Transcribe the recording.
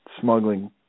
smuggling